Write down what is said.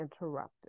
interrupted